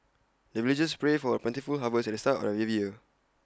the villagers pray for plentiful harvest at the start of every year